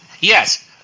yes